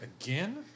Again